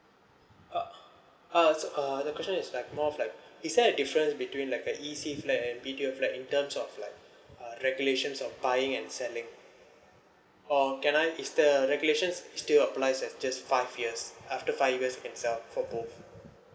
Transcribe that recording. uh uh uh the question is like more of like is there a difference between like a E_C flat and B_T_O flat in terms of like uh regulations of buying and selling or can I is the regulation is still applies if just five years after five years you can sell for both